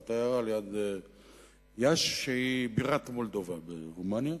זאת עיירה ליד יאש שהיא בירת מולדובה ברומניה,